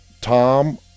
Tom